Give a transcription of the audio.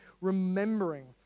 remembering